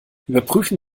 überprüfen